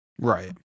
Right